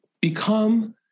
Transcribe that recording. become